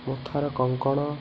ମଥାର କଙ୍କଣ